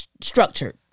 Structured